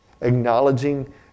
acknowledging